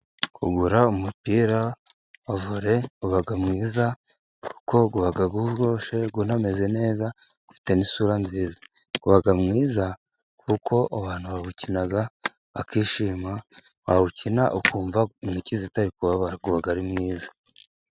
Kugura umupira wa vore uba mwiza, kuko uba uboshye unameze neza, ufite isura nziza, uba mwiza kuko abantu bawukina bakishima. Wawukina ukumva intoki zitari kubabara. Uba ari mwiza.